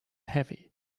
heavy